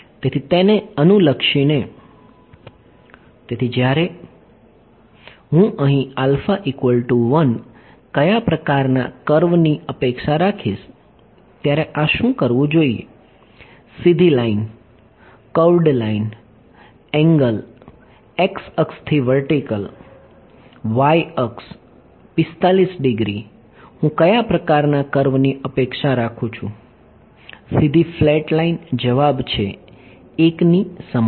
તેથી તેને અનુલક્ષીને તેથી જ્યારે હું અહીં કયા પ્રકારના કર્વની અપેક્ષા રાખીશ ત્યારે આ શું કરવું જોઈએ સીધી line curved line angle x અક્ષથી વર્ટીકલ y અક્ષ 45 ડિગ્રી હું કયા પ્રકારના કર્વની અપેક્ષા રાખું છું સીધી ફ્લેટ લાઇન જવાબ છે 1 ની સમાન